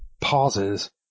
pauses